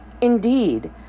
Indeed